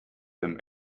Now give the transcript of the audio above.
him